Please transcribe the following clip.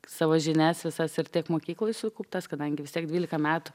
savo žinias visas ir tiek mokykloj sukauptas kadangi vis tiek dvylika metų